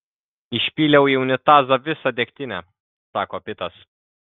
išpyliau į unitazą visą degtinę sako pitas